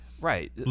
right